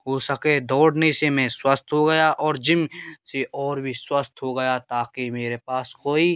हो सके दौड़ने से मैं स्वस्थ हो गया और जिम से और भी स्वस्थ हो गया ताकि मेरे पास कोई